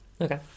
Okay